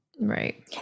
Right